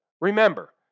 Remember